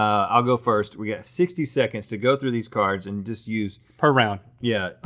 um i'll go first. we have sixty seconds to go through these cards and just use per round. yeah.